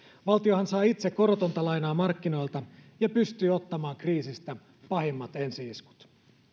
valtiohan saa itse korotonta lainaa markkinoilta ja pystyy ottamaan kriisistä pahimmat ensi iskut